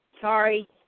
Sorry